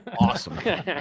awesome